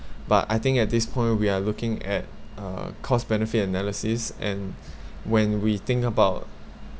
but I think at this point we are looking at uh cost benefit analysis and when we think about